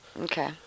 Okay